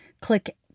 click